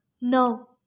No